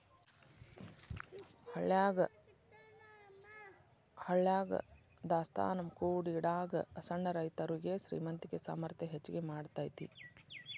ಹಳ್ಯಾಗ ದಾಸ್ತಾನಾ ಕೂಡಿಡಾಗ ಸಣ್ಣ ರೈತರುಗೆ ಶ್ರೇಮಂತಿಕೆ ಸಾಮರ್ಥ್ಯ ಹೆಚ್ಗಿ ಮಾಡತೈತಿ